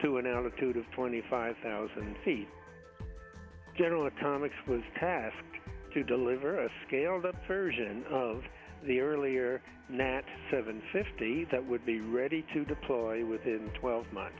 to an out of two to twenty five thousand feet general atomics was tasked to deliver a scaled up surgeon of the earlier now seven fifty that would be ready to deploy within twelve months